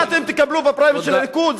מה אתם תקבלו בפריימריז של הליכוד,